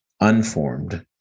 unformed